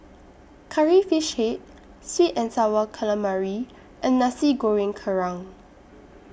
Curry Fish Head Sweet and Sour Calamari and Nasi Goreng Kerang